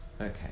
Okay